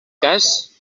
cas